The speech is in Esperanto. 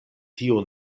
tiu